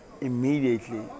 immediately